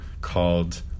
called